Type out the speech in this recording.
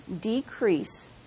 decrease